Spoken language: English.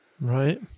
Right